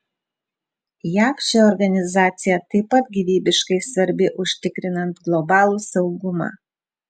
jav ši organizacija taip pat gyvybiškai svarbi užtikrinant globalų saugumą